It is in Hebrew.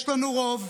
יש לנו רוב.